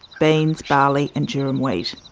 beans, barley and durum wheat.